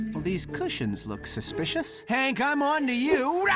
these cushions look suspicious. hank, i'm on to you. yeah